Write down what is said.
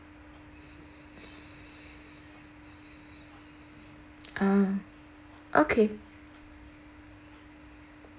ah okay